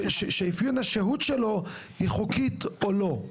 שאפיון השהות שלו היא חוקית או לא,